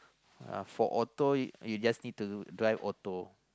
uh for auto you just need to drive auto